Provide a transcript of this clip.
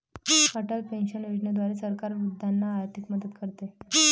Atal pension योजनेद्वारे सरकार वृद्धांना आर्थिक मदत करते